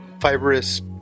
fibrous